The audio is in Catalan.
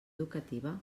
educativa